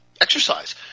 Exercise